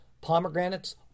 pomegranates